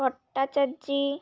Bhattacharya